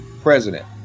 president